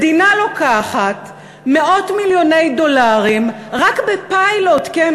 מדינה לוקחת מאות מיליוני דולרים, רק בפיילוט, כן?